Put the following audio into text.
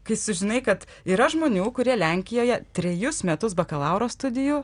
kai sužinai kad yra žmonių kurie lenkijoje trejus metus bakalauro studijų